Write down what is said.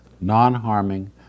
non-harming